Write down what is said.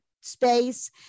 space